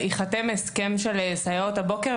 ייחתם הסכם של סייעות הבוקר,